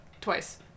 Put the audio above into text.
twice